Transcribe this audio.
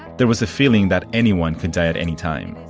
there was a feeling that anyone could die at any time.